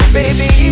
baby